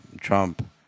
Trump